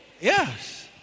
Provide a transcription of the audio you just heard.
Yes